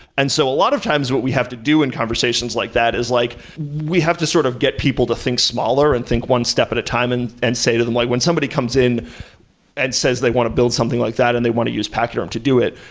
so a lot of times we have to do in conversations like that is like we have to sort of get people to think smaller and think one step at a time and and say to them like, when somebody comes in and says they want to build something like that and they want to use pachyderm to do it,